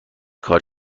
کار